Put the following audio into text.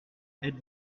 êtes